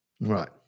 right